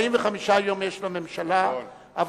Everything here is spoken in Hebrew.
לממשלה יש 45 יום,